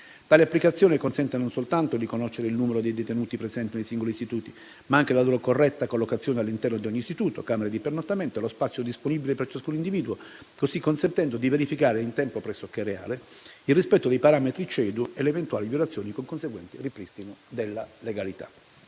Tale applicazione consente non soltanto di conoscere il numero dei detenuti presenti nei singoli istituti, ma anche la loro corretta collocazione all'interno di ogni istituto (camere di pernottamento) e lo spazio disponibile per ciascun individuo, consentendo così di verificare in tempo pressoché reale il rispetto dei parametri CEDU e le eventuali violazioni, con conseguente ripristino della legalità.